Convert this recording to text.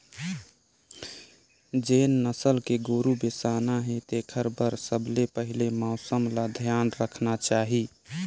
जेन नसल के गोरु बेसाना हे तेखर बर सबले पहिले मउसम ल धियान रखना चाही